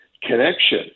connection